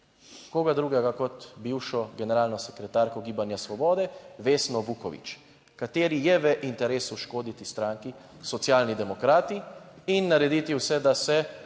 koga drugega kot bivšo generalno sekretarko Gibanja Svobode, Vesno Vuković, kateri je v interesu škoditi stranki Socialni demokrati in narediti vse, da se